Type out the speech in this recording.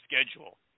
schedule